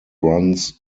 runs